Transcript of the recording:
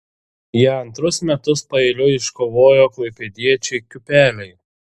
ją antrus metus paeiliui iškovojo klaipėdiečiai kiūpeliai